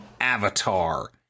avatar